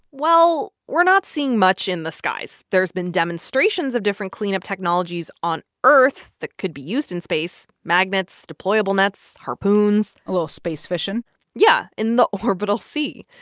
well, we're not seeing much in the skies. there's been demonstrations of different cleanup technologies on earth that could be used in space magnets, deployable nets, harpoons. a little space fishing yeah, in the orbital sea.